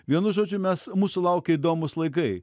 vienu žodžiu mes mūsų laukia įdomūs laikai